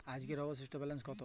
আজকের অবশিষ্ট ব্যালেন্স কত?